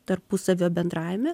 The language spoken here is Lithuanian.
tarpusavio bendravime